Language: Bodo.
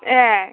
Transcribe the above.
ए'